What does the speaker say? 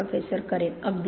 professor Karen अगदी